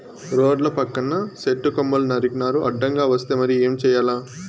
రోడ్ల పక్కన సెట్టు కొమ్మలు నరికినారు అడ్డంగా వస్తే మరి ఏం చేయాల